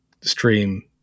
stream